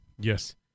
Yes